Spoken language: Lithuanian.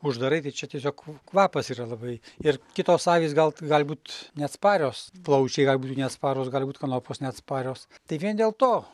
uždarai tai čia tiesiog kvapas yra labai ir kitos avys gal gali būt neatsparios plaučiai gali būt neatsparūs gali būt kanopos neatsparios tai vien dėl to